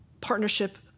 partnership